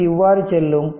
இது இவ்வாறு செல்லும்